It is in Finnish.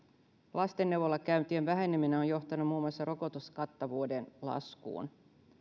lasten neuvolakäyntien väheneminen on johtanut muun muassa rokotuskattavuuden laskuun